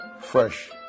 fresh